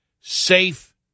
safe